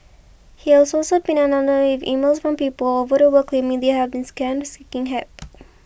he also been inundated and most of people all over the world claiming they have been scammed seeking help